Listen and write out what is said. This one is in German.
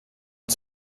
und